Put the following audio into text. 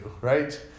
right